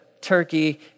turkey